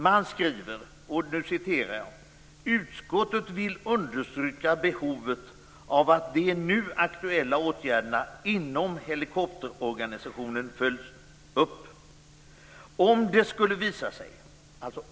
Man skriver: "Utskottet vill understryka behovet av att de nu aktuella åtgärderna inom helikopterorganisationen följs upp.